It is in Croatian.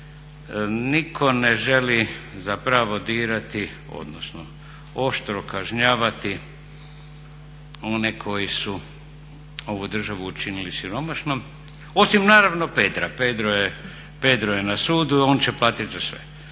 Nitko ne želi zapravo dirati, odnosno oštro kažnjavati one koji su ovu državu učinili siromašnom. Osim naravno Pedra, Pedro je na sudu, on će platiti za sve.